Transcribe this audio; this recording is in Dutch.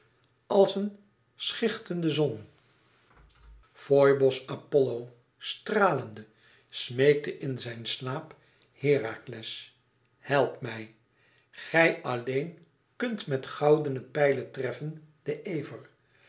als een schichtende zon foibos apollo stralende smeekte in zijn slaap herakles help mij gij alleen kunt met goudene pijlen treffen den ever